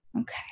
Okay